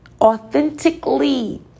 authentically